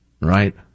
Right